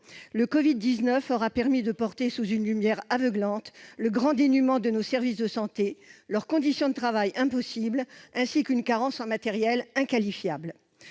le Covid-19 aura permis de porter sous une lumière aveuglante le grand dénuement de nos services de santé, leurs conditions de travail impossibles ainsi qu'une carence en matériels inqualifiable.